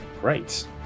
great